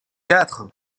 quatre